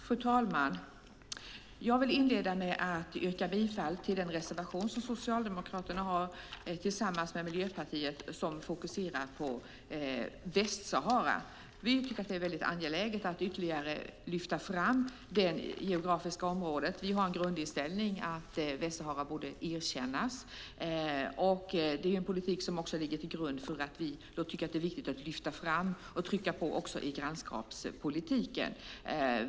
Fru talman! Jag vill inledningsvis yrka bifall till den reservation som Socialdemokraterna har tillsammans med Miljöpartiet och som fokuserar på Västsahara. Vi tycker att det är angeläget att ytterligare lyfta fram det geografiska området. Vi har grundinställningen att Västsahara borde erkännas. Det är en politik som ligger till grund för att vi tycker att det är viktigt att trycka på också i grannskapspolitiken.